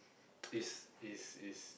is is is